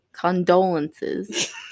condolences